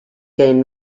gain